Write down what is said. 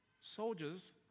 Soldiers